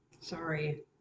sorry